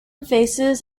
faces